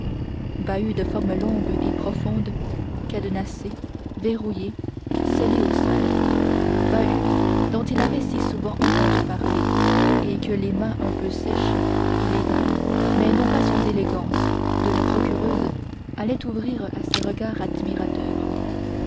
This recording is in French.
bahut de forme longue et profonde cadenassé verrouillé scellé au sol bahut dont il avait si souvent entendu parler et que les mains un peu sèches il est vrai mais non pas sans élégance de la procureuse allaient ouvrir à ses regards admirateurs